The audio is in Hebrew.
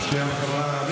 הפשיעה בחברה הערבית?